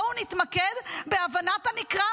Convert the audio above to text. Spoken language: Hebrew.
בואו נתמקד בהבנת הנקרא,